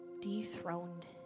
dethroned